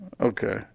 okay